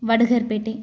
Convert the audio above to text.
வடுகர் பேட்டை